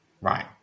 right